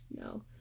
No